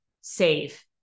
save